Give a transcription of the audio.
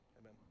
Amen